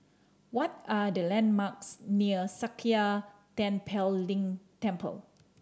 what are the landmarks near Sakya Tenphel Ling Temple